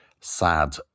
sad